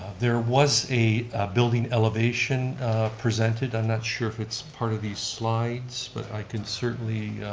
there was a building elevation presented, i'm not sure if it's part of the slides, but i can certainly,